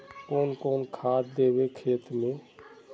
कौन कौन खाद देवे खेत में?